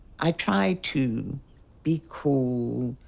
i tried to be cool,